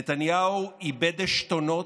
נתניהו איבד עשתונות,